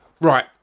right